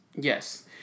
yes